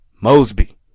Mosby